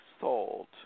sold